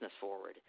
forward